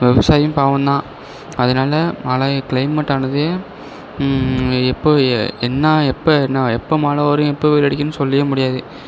விவசாயியும் பாவம் தான் அதனால மழை கிளைமெட்டு ஆனது எப்போது என்ன எப்ப என்ன எப்ப மழை வரும் எப்போ வெயில் அடிக்கும்னு சொல்லவே முடியாது